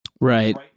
Right